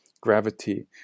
gravity